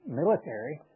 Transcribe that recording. military